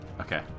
Okay